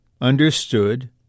understood